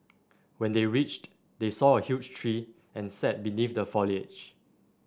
when they reached they saw a huge tree and sat beneath the foliage